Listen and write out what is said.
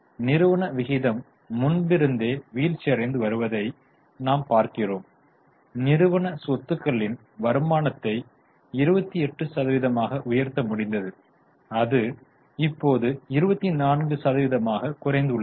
நிறுவன விகிதம் முன்பிருந்தே வீழ்ச்சியடைந்து வருவதை நாம் பார்க்கிறோம் நிறுவன சொத்துக்களின் வருமானத்தை 28 சதவீதமாக உயர்த்த முடிந்தது அது இப்போது 24 சதவீதமாக குறைந்துள்ளது